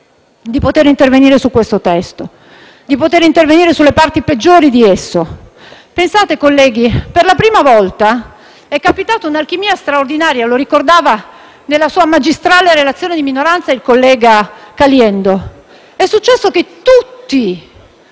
di poter intervenire su questo testo, di poter intervenire sulle parti peggiori di esso. Pensate, colleghi, che per la prima volta è capitata un'alchimia straordinaria, come ha ricordato, nella sua magistrale relazione di minoranza, il collega Caliendo: è successo che tutti,